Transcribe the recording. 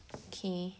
okay